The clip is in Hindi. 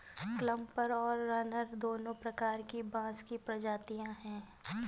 क्लम्पर और रनर दो प्रकार की बाँस की प्रजातियाँ हैं